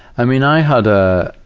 i mean, i had a,